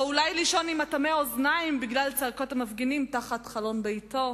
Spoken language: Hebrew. או אולי לישון עם אטמי אוזניים בגלל צעקות המפגינים תחת חלון ביתו?